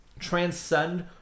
transcend